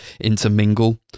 intermingle